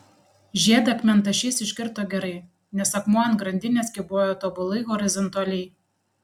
žiedą akmentašys iškirto gerai nes akmuo ant grandinės kybojo tobulai horizontaliai